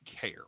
care